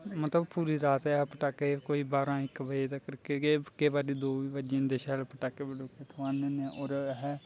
मतलब पूरी रात पटाके कोई बाह्रां इक बजे तक्कर गे केई बारी दो बी बजी जंदे शैल पटाके पटुके डुआलने होने उ'दे आहें